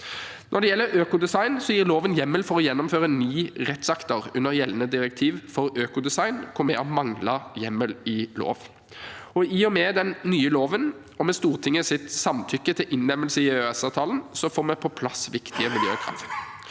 Når det gjelder økodesign, gir loven hjemmel for å gjennomføre ni rettsakter under gjeldende direktiv for økodesign hvor vi har manglet hjemmel i lov. Med den nye loven, og med Stortingets samtykke til innlemmelse i EØS-avtalen, får vi på plass viktige miljøkrav.